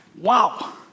wow